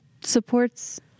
supports